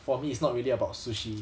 for me it's not really about sushi